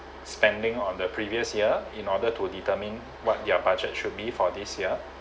spending on the previous year in order to determine what their budget should be for this year